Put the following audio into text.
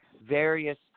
various